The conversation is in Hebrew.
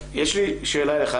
יש לי שאלה אליך,